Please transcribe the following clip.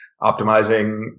optimizing